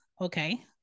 Okay